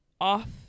Off